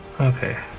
Okay